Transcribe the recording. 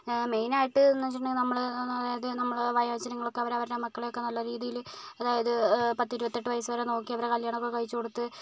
main ആയിട്ട് എന്ന് വെച്ചിട്ടുണ്ടേൽ നമ്മൾ അതായത് നമ്മൾ വയോജനങ്ങൾ അവർ അവരുടെ മക്കളെ ഒക്കെ നല്ലരീതിയിൽ അതായത് പത്ത് ഇരുപത്തെട്ട് വയസ് വരെ ഒക്കെ നോക്കി അവരെ കല്യാണം ഒക്കെ കഴിച്ച് കൊടുത്ത്